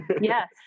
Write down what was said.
Yes